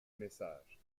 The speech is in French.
message